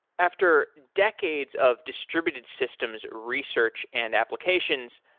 after decades of distributed systems research and applications,